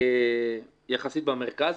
שממוקם יחסית במרכז,